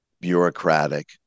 bureaucratic